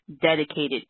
dedicated